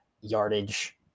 yardage